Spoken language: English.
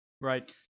right